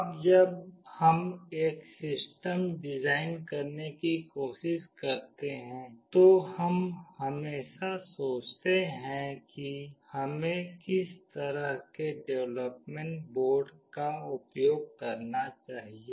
अब जब हम एक सिस्टम डिजाइन करने की कोशिश करते हैं तो हम हमेशा सोचते हैं कि हमें किस तरह के डेवलपमेंट बोर्ड का उपयोग करना चाहिए